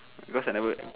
because I never